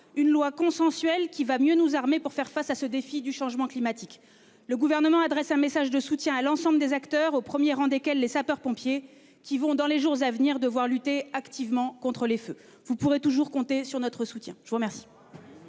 une loi consensuelle qui nous armera mieux pour faire face au défi du changement climatique. Le Gouvernement adresse un message de soutien à l'ensemble des acteurs, au premier rang desquels les sapeurs-pompiers, qui devront dans les jours à venir lutter activement contre les feux : vous pourrez toujours compter sur notre soutien. Madame